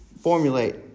formulate